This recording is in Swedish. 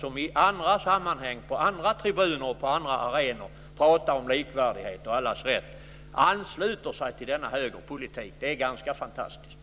Ni har i andra sammanhang, på andra tribuner och på andra arenor talat om likvärdighet och allas rätt. Nu ansluter ni er till denna högerpolitik. Det är ganska fantastiskt.